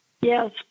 yes